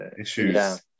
issues